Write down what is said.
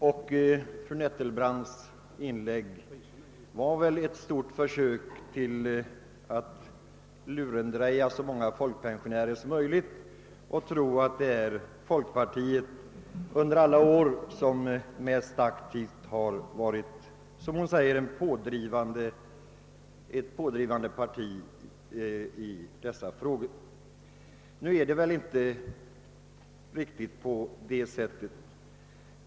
Fru Nettelbrandts inlägg var väl också ett försök att »lurendreja» så många folkpensionärer som möjligt och få dem att tro att det är folkpartiet som under alla år varit mest aktivt som ett, som hon sade, pådrivande parti i dessa frågor. Nu förhåller det sig väl inte riktigt på det sättet.